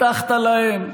הבטחת להם?